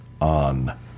on